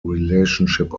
relationship